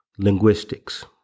Linguistics